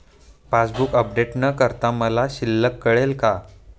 Passbook update न करता मला शिल्लक कळेल का?